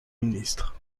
ministre